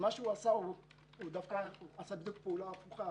הוא דווקא עשה פעולה הפוכה